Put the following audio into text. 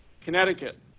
Connecticut